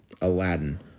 Aladdin